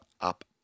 up